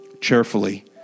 cheerfully